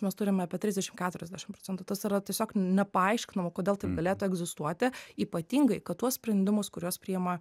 mes turime apie trisdešim keturiasdešim procentų tas yra tiesiog nepaaiškinama kodėl taip galėtų egzistuoti ypatingai kad tuos sprendimus kuriuos priima